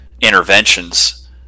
interventions